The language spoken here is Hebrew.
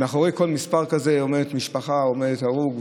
מאחורי כל מספר כזה עומדת משפחה, עומד הרוג,